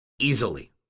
easily